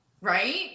right